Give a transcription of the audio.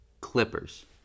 Clippers